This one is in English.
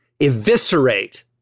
eviscerate